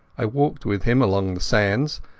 i walked with him along the sands,